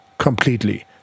Completely